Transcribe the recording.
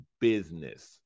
business